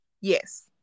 Yes